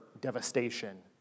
devastation